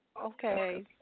Okay